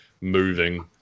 moving